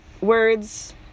words